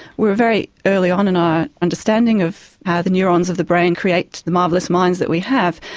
we are very early on in our understanding of how the neurons of the brain create the marvellous minds that we have.